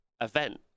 event